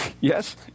Yes